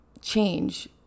change